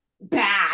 bad